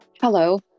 Hello